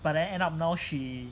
but then end up now she